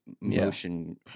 motion